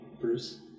Bruce